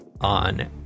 on